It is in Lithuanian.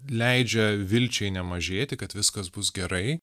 leidžia vilčiai nemažėti kad viskas bus gerai